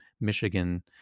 Michigan